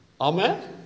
Amen